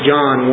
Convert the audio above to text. John